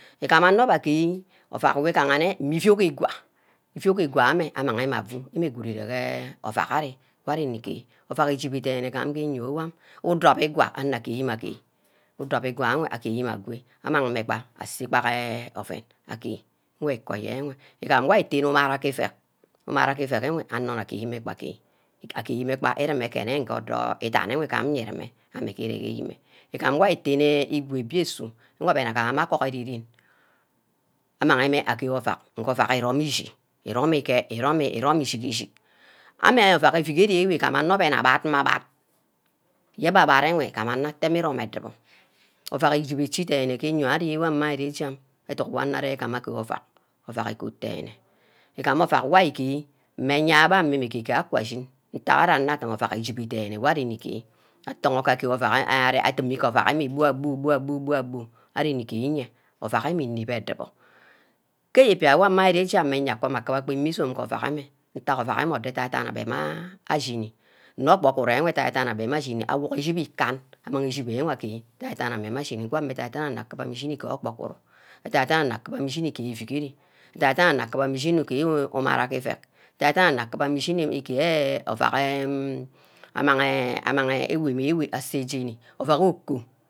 Igam onor wor agee ovack wi gahanne mme iviogi igwa, iviogi igwa ameh amang mmeh afu irege ovack arear wor ari nnige ovack igibe dene gam ke enyio uwang, udobbi igwa anor gee meh gee, udobbi igwa enwe agear mme agwe amang mme bah asagaha oven ager, nwe koi enwe igama wor ari tene umarah ke eveck umarach ke eveck enwe anor nna geemeh gba agee agemeh gba irome ngor odour idani enwe igam nniremeh ame-ngigam mmeh iyime egam wor ari tene imia mbia su nwor agamameh agobo-ren amagogi mmeh agaer ovack ovack irome ishi, irome ke, irome ishigi-shig, ameh ovack evigereh igam onor wor agbad-mme agbad yeweh enwe ateme iroim edubor ovack igibi ichi dene ke imi enwe mmarijum edunk wor onor igama agaer ovack ovack igod dene, igana wor ari geeh mme ayabe ovack igibo dene wor ari nni-geh atogho ke agaer ovack adimi ovack gbu-bu gbua-bu, bu-abu ari nnegear enye ovack mme inep adubo ke eyiba wor ichi enya akumube ime ixome ke ivack enwe ntag ovack enwe ke adadan ameh meh ashini nne ke ogbor gor ede-dene abe mma ashini, awuk ishibi ican, amang ishibi wor agee edan-dan ameh mmeh ashini adan-dan onor akimebah ashini ke agbor wor, asan dan onor akimebeh ishini agaer evuhare ede-dan onor akuma ishini gaer umara ke everk, adan-dan onor akima ishini gaer ovack amanf, amang ewemi asay jeni ovack oko